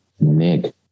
Nick